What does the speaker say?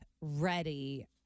ready